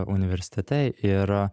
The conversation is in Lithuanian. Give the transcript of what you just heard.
universitete ir